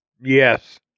Yes